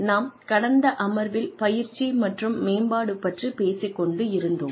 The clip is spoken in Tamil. நாம் கடந்த அமர்வில் பயிற்சி மற்றும் மேம்பாடு பற்றிப் பேசிக் கொண்டிருந்தோம்